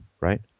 right